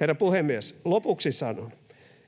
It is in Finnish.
Herra puhemies! Lopuksi sanon,